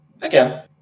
Again